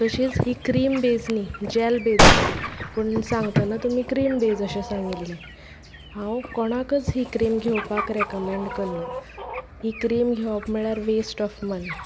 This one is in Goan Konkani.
तशींच ही क्रिम बेज न्ही जेल बेज आसा पूण सांगतना तुमी क्रिम बेज अशें सांगिल्ले हांव कोणाकच ही क्रिम घेवपाक रेकमेंड करना ही क्रिम घेवप म्हणल्यार वेस्ट ऑफ मनी